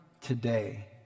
today